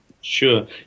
Sure